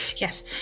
Yes